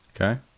Okay